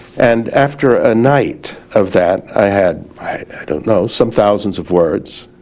and after a night of that i had, i don't know, some thousands of words,